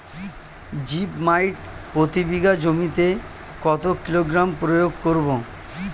Zip মাইট প্রতি বিঘা জমিতে কত কিলোগ্রাম প্রয়োগ করব?